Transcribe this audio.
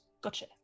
gotcha